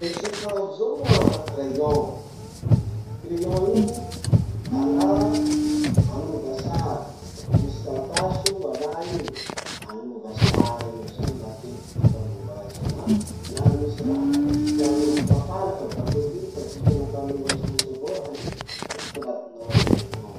Pensily hazo zao moa crayon. Crayon io alà anova sary lafa misy taratasy eo, alà iny le anova sary amizay matetiky ty fanaova azy. Na laha misy raha, tianao ho fafà lafa bakeon'igny, fa juste nataony!